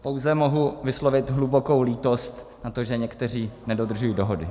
Pouze mohu vyslovit hlubokou lítost nad tím, že někteří nedodržují dohodu.